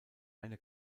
eine